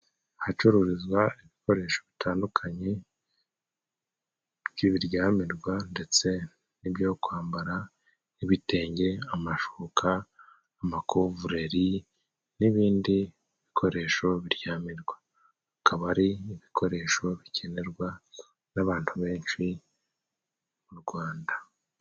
Ahacururizwa ibikoresho bitandukanye by'ibiryamirwa ndetse n'ibyo kwambara: nk'ibitenge, amashuka ,amakovureri n'ibindi bikoresho biryamirwa akaba ari ibikoresho bikenerwa n'abantu benshi mu Rwanda.